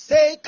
Say